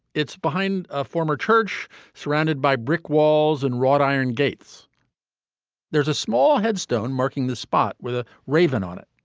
it's behind a former church surrounded by brick walls and wrought iron gates there's a small headstone marking the spot with a raven on it.